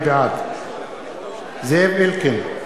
בעד זאב אלקין,